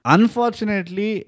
Unfortunately